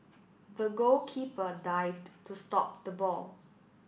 the goalkeeper dived to stop the ball